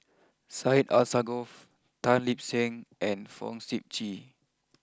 Syed Alsagoff Tan Lip Seng and Fong Sip Chee